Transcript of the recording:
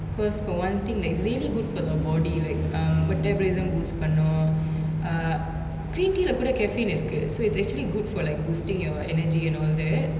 cause for one thing like it's really good for the body like um but tab ration boost பன்னு:pannu uh green tea lah கூட:kooda caffeine இருக்கு:iruku so it's actually good for like boosting your energy and all that